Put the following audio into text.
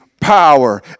power